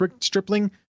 Stripling